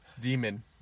Demon